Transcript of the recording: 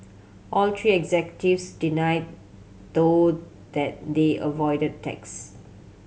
all three executives denied though that they avoided tax